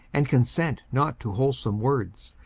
and consent not to wholesome words,